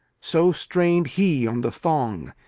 so strained he on the thong,